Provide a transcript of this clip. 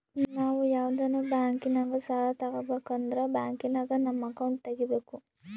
ನಾವು ಯಾವ್ದನ ಬ್ಯಾಂಕಿನಾಗ ಸಾಲ ತಾಬಕಂದ್ರ ಆ ಬ್ಯಾಂಕಿನಾಗ ನಮ್ ಅಕೌಂಟ್ ತಗಿಬಕು